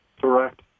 Correct